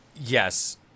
Yes